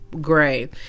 gray